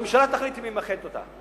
הממשלה תחליט עם מי היא מאחדת אותה.